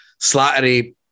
Slattery